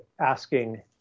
asking